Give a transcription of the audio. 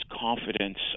confidence